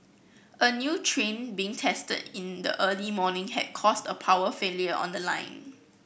a new train being tested in the early morning had caused a power failure on the line